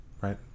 Right